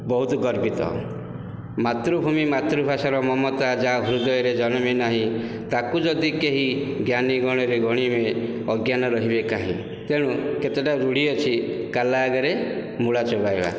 ବହୁତ ଗର୍ବିତ ମାତୃଭୂମି ମାତୃଭାଷାର ମମତା ଯା ହୃଦୟରେ ଜନମି ନାହିଁ ତାକୁ ଯଦି କେହି ଜ୍ଞାନୀ ଗଣାରେ ଗଣିବେ ଅଜ୍ଞାନ ରହିବେ କାହିଁ ତେଣୁ କେତେଟା ରୁଢ଼ୀ ଅଛି କାଲା ଆଗରେ ମୂଳା ଚୋବାଇବା